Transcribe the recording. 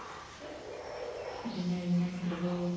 जियां जियां मतलब